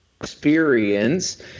Experience